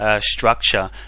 structure